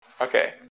Okay